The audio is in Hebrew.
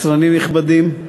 קצרנים נכבדים,